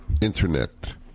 internet